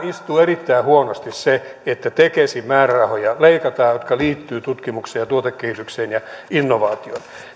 istuu erittäin huonosti se että leikataan tekesin määrärahoja jotka liittyvät tutkimukseen ja tuotekehitykseen ja innovaatioihin